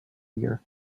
year